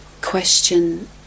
question